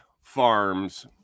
Farms